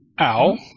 Ow